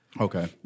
Okay